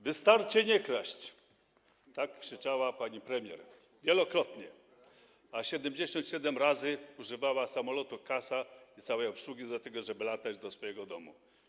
Wystarczy nie kraść - tak krzyczała pani premier wielokrotnie, a 77 razy używała samolotu CASA i całej obsługi, żeby latać do swojego domu.